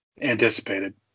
anticipated